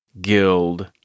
guild